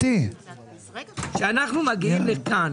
לא,